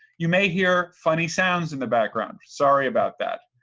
you may hear funny sounds in the background. sorry about that.